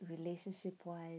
relationship-wise